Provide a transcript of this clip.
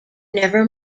never